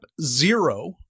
zero